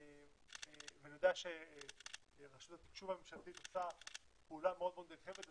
ואני יודע שרשות התקשוב הממשלתית עושה פעולה מאוד מאוד נרחבת,